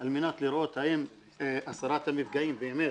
על מנת לראות אם הסרת המפגעים באמת,